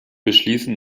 beschließen